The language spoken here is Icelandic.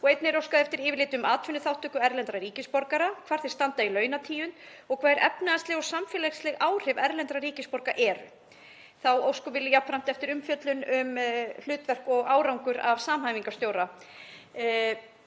Einnig er óskað eftir yfirliti um atvinnuþátttöku erlendra ríkisborgara, hvar þeir standa í launatíund og hver efnahagsleg og samfélagsleg áhrif erlendra ríkisborgara eru. Þá óskum við jafnframt eftir umfjöllun um hlutverk og árangur af hlutverki samhæfingarstjóra.